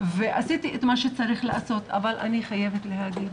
ועשיתי את מה שצריך לעשות, אבל אני חייבת להגיד,